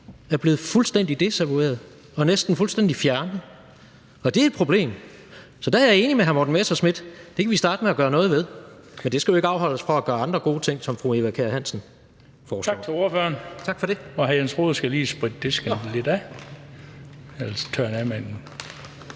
er blevet fuldstændig desavoueret og næsten fuldstændig fjernet. Og det er et problem. Så der er jeg enig med Morten Messerschmidt. Det kan vi starte med at gøre noget ved, men det skal jo ikke afholde os fra at gøre andre gode ting, som fru Eva Kjer Hansen foreslår. Kl. 17:55 Den fg. formand (Bent Bøgsted): Tak til ordføreren. Og hr. Jens Rohde skal lige spritte disken lidt af.